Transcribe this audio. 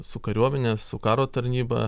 su kariuomene su karo tarnyba